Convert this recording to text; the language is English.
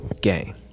game